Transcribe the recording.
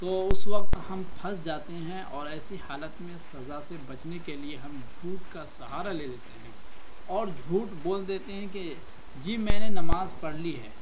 تو اس وقت ہم پھنس جاتے ہیں اور ایسی حالت میں سزا سے بچنے کے لیے ہم جھوٹ کا سہارا لے لیتے ہیں اور جھوٹ بول دیتے ہیں کہ جی میں نے نماز پڑھ لی ہے